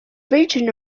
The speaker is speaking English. region